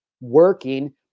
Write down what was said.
working